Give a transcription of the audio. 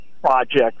Project